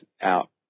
out